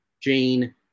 Jane